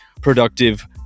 productive